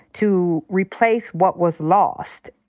to replace what was lost.